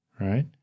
right